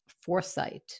foresight